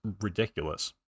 ridiculous